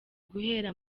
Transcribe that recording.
guhera